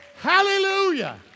Hallelujah